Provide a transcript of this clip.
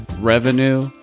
revenue